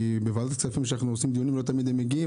כי בוועדת כספים שאנחנו עושים דיונים לא תמיד מגיעים,